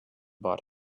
bought